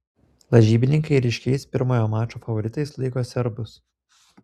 lažybininkai ryškiais pirmojo mačo favoritais laiko serbus